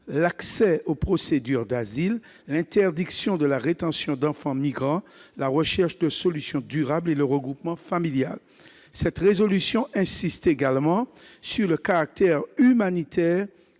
l'accès aux procédures d'asile, l'interdiction de la rétention d'enfants migrants, la recherche de solutions durables et le regroupement familial. Cette résolution insiste également sur le caractère humanitaire